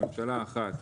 כממשלה אחת,